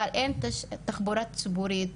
אבל אין תחבורה ציבורית,